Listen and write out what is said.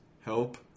Help